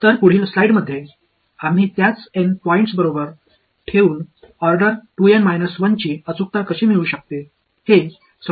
எனவே அடுத்த சில ஸ்லைடுகளில் அதே N புள்ளிகளை வைத்து 2 N 1 வரிசையின் துல்லியத்தை எவ்வாறு பெறலாம் என்பதைப் புரிந்துகொள்வோம்